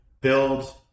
build